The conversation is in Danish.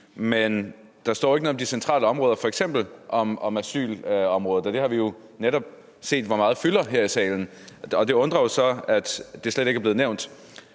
men der står ikke noget om de centrale områder, f.eks. asylområdet. Det har vi netop set hvor meget fylder her i salen, og det undrer jo så, at det slet ikke er blevet nævnt.